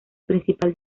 principal